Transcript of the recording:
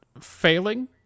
failing